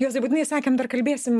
juozai būtinai sakėm dar kalbėsim